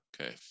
Okay